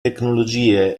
tecnologie